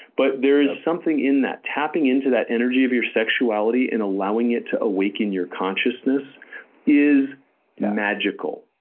but there is something in that. tapping into that energy of your sexuality and allowing it to awaken your consciousness is magical.